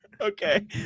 Okay